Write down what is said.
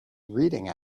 reading